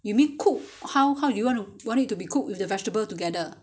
you mean cook how how you want to want it to be cooked with vegetables together